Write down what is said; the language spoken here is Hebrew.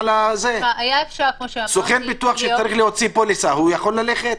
האם סוכן ביטוח שצריך להוציא פוליסה יכול ללכת?